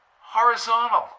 horizontal